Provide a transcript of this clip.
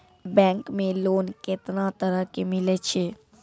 Bank मे loan कैतना तरह के मिलै छै?